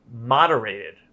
moderated